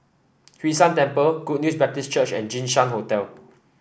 Hwee San Temple Good News Baptist Church and Jinshan Hotel